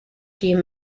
few